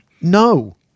no